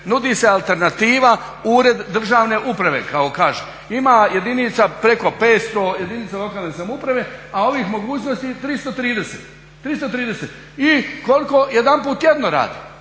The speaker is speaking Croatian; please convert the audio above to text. nudi se alternativa, Ured državne uprave kako kaže. Ima jedinica lokalne samouprave preko 500 a ovih mogućnosti 330. I koliko? Jedanput tjedno rade.